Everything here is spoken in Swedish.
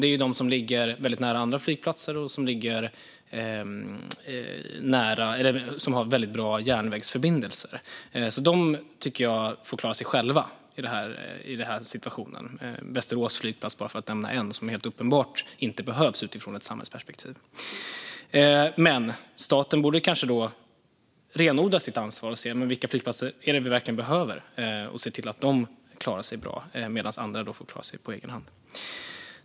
Det är de som ligger väldigt nära andra flygplatser och där det finns väldigt bra järnvägsförbindelser. Jag tycker att de får klara sig själva. Västerås flygplats, för att bara nämna en, behövs helt uppenbart inte utifrån ett samhällsperspektiv. Staten borde kanske renodla sitt ansvar och se över vilka flygplatser vi verkligen behöver och se till att de klarar sig bra, medan andra får klara sig på egen hand.